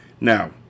Now